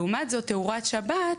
לעומת זאת, תאורת שבת,